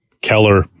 Keller